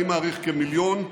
אני מעריך כמיליון,